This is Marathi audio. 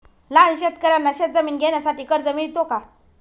लहान शेतकऱ्यांना शेतजमीन घेण्यासाठी कर्ज मिळतो का?